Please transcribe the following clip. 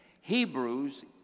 Hebrews